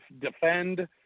defend –